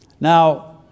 Now